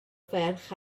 ferch